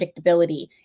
predictability